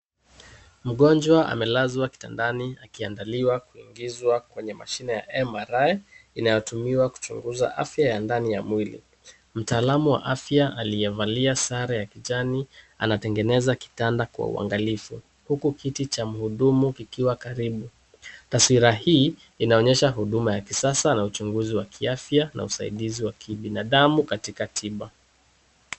Mgonjwa amelazwa kitandani akiandaliwa kuingizwa kwenye mashine ya MRI inayotumiwa kuchunguza afya ya ndani ya mwili. Mtaalamu wa afya aliyevalia sare ya kijani anatengeneza kitanda kwa uangalifu huku kiti cha mhudumu kikiwa karibu. Taswira hii inaonyesha huduma ya kisasa na uchunguzi wa kiafya na usaidizi wa kibinadamu katika tiba.